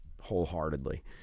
wholeheartedly